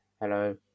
hello